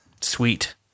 Sweet